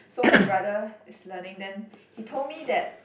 so my brother is learning then he told me that